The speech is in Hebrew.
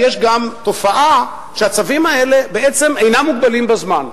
יש גם תופעה שהצווים האלה בעצם אינם מוגבלים בזמן,